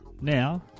now